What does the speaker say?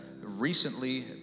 recently